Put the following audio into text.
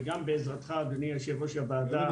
גם בעזרתך אדוני יושב-ראש הוועדה,